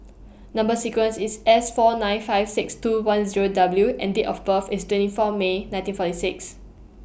Number sequence IS S four nine five six two one Zero W and Date of birth IS twenty four May nineteen forty six